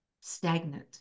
stagnant